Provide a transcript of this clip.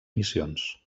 missions